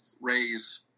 raise